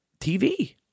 TV